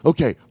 Okay